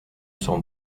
cent